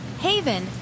Haven